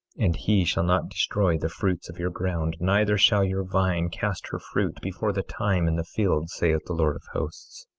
and he shall not destroy the fruits of your ground neither shall your vine cast her fruit before the time in the fields, saith the lord of hosts.